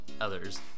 others